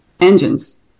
engines